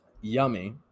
Yummy